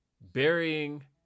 Burying